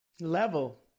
level